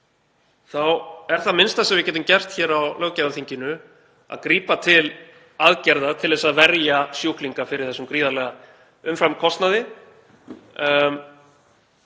þá er það minnsta sem við getum gert hér á löggjafarþinginu að grípa til aðgerða til að verja sjúklinga fyrir þessum gríðarlega umframkostnaði.